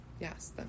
Yes